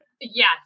Yes